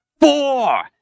four